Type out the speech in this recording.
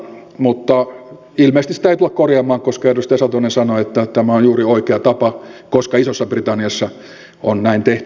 mutta ilmeisesti sitä ei tulla korjaamaan koska edustaja satonen sanoi että tämä on juuri oikea tapa koska isossa britanniassa on näin tehty